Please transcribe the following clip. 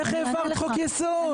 איך העברת חוק יסוד?